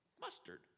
mustard